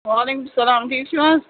وعلیکُم السلام ٹھیٖک چھُو حظ